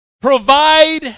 Provide